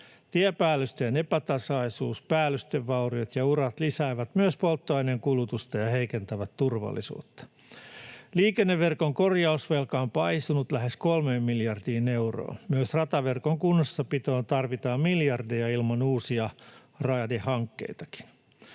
Tiepäällysteen epätasaisuus, päällystevauriot ja urat lisäävät myös polttoaineen kulutusta ja heikentävät turvallisuutta. Liikenneverkon korjausvelka on paisunut lähes kolmeen miljardiin euroon. Myös rataverkon kunnossapitoon tarvitaan miljardeja ilman uusia raidehankkeitakin.